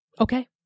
okay